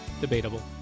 Debatable